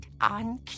on